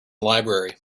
library